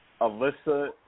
Alyssa